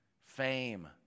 fame